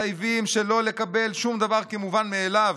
מחייבים שלא לקבל שום דבר כמובן מאליו.